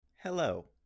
Hello